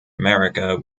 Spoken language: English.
america